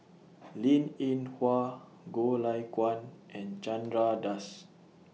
Linn in Hua Goh Lay Kuan and Chandra Das